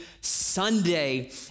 Sunday